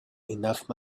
enough